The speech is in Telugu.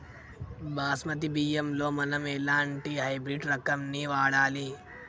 బాస్మతి బియ్యంలో మనం ఎలాంటి హైబ్రిడ్ రకం ని వాడాలి?